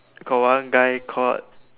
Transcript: got one guy called